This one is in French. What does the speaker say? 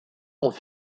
ont